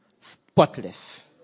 spotless